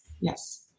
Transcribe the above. Yes